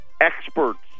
Experts